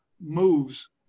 moves